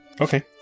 Okay